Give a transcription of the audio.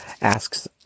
asks